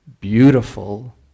beautiful